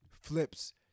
flips